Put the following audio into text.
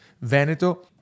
Veneto